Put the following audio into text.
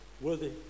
worthy